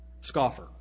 Scoffer